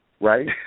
right